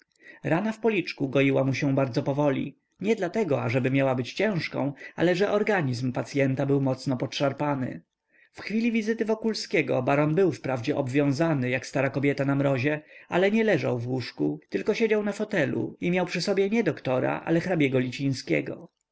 rana w policzku goiła mu się bardzo powoli nie dlatego ażeby miała być ciężką ale że organizm pacyenta był mocno podszarpany w chwili wizyty wokulskiego baron był wprawdzie obwiązany jak stara kobieta na mrozie ale nie leżał w łóżku tylko siedział na fotelu i miał przy sobie nie doktora ale hrabiego